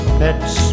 pets